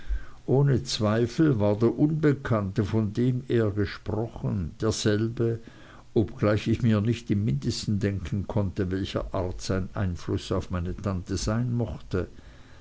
ohne zweifel war der unbekannte von dem er gesprochen derselbe obgleich ich mir nicht im mindesten denken konnte welcher art sein einfluß auf meine tante sein mochte